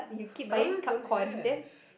McDonald's don't have